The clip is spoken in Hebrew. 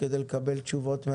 בסוף הם קובעים את